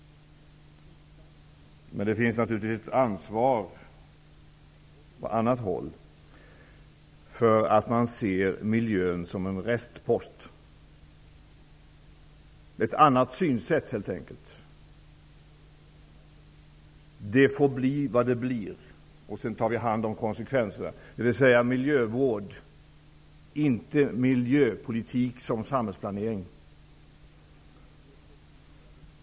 Det finns naturligtvis ansvar på annat håll för att miljön ses som en restpost. Det finns helt enkelt ett annat synsätt. Man tycker att det får bli vad det blir och att man sedan skall ta hand om konsekvenserna. Det handlar alltså om miljövård och inte om miljöpolitik som samhällsplanering.